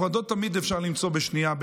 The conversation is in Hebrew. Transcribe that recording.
הפרדות תמיד אפשר למצוא בשנייה,